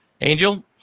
Angel